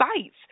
sites